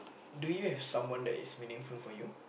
do you have someone that is meaningful for you